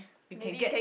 you can get